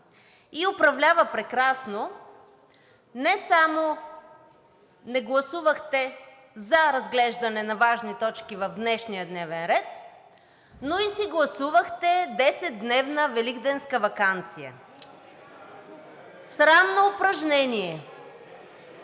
и управлява прекрасно. Не само не гласувахте за разглеждане на важни точки в днешния дневен ред, но и си гласувахте 10-дневна великденска ваканция. Срамно упражнение.